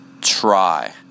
try